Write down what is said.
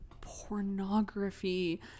pornography